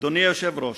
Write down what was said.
אדוני היושב-ראש,